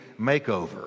makeover